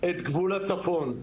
את גבול הצפון.